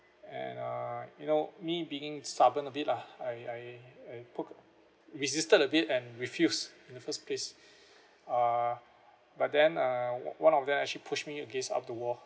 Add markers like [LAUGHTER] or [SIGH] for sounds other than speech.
and uh you know me being stubborn a bit lah I I I poke resisted a bit and refused in the first place [BREATH] uh but then uh one of them actually pushed me against up the wall